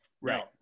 right